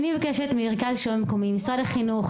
להלן תרגומם: אני מבקשת ממרכז שלטון מקומי ומשרד החינוך,